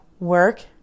Work